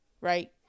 Right